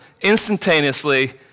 instantaneously